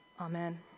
Amen